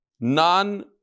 non